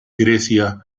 grecia